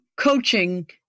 coaching